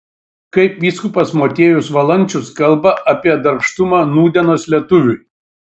kaip vyskupas motiejus valančius kalba apie darbštumą nūdienos lietuviui